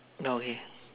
okay